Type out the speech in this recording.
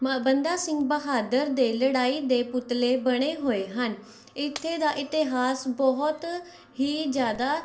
ਬੰਦਾ ਸਿੰਘ ਬਹਾਦਰ ਦੇ ਲੜਾਈ ਦੇ ਪੁਤਲੇ ਬਣੇ ਹੋਏ ਹਨ ਇੱਥੇ ਦਾ ਇਤਿਹਾਸ ਬਹੁਤ ਹੀ ਜ਼ਿਆਦਾ